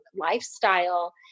lifestyle